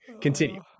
continue